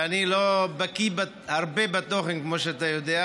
ואני לא בקי הרבה בתוכן, כמו שאתה יודע.